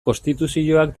konstituzioak